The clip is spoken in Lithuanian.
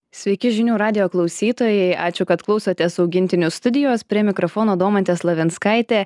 sveiki žinių radijo klausytojai ačiū kad klausotės augintinių studijos prie mikrofono domantė slavinskaitė